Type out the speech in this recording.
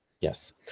Yes